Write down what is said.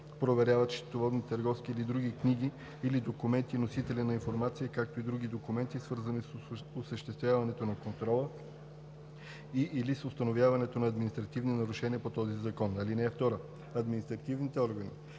проверяват счетоводни, търговски или други книги или документи и носители на информация, както и други документи, свързани с осъществяването на контрола и/или с установяването на административни нарушения по този закон. (2) Административните органи,